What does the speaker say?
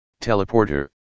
teleporter